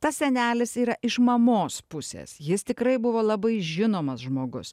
tas senelis yra iš mamos pusės jis tikrai buvo labai žinomas žmogus